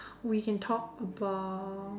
we can talk about